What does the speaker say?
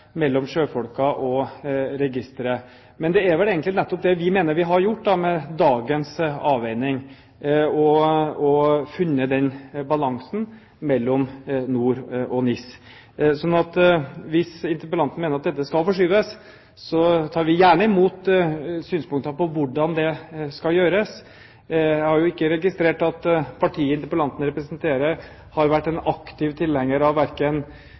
mellom NOR og NIS. Hvis interpellanten mener at dette skal forskyves, tar vi gjerne imot synspunkter på hvordan det skal gjøres. Jeg har ikke registrert at partiet interpellanten representerer, har vært en aktiv tilhenger av verken